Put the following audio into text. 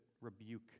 rebuke